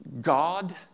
God